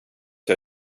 jag